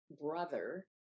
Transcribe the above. Brother